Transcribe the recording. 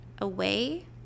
away